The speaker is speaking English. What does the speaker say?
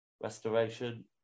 Restoration